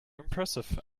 impressive